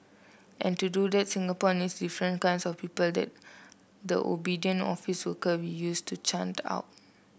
and to do that Singapore needs different kinds of people than the obedient office worker we used to churned out